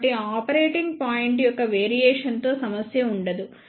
కాబట్టి operating point యొక్క variation తో సమస్య ఉండదు